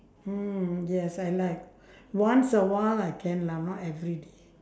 mm yes I like once a while I can lah not every day